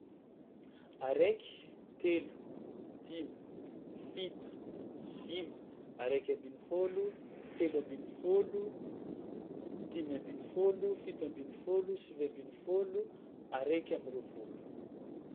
Araiky, telo, dimy, fito, sivy, araiky ambinifôlo, telo ambinifôlo, dimy ambinifôlo, fito ambinifôlo, sivy ambinifôlo, araiky amby roapôlo.